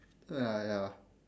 uh ya ya